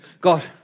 God